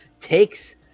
takes